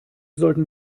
sollten